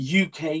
UK